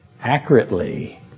accurately